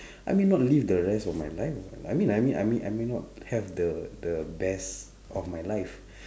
I mean not live the rest of my life what I mean I mean I may not have the the best of my life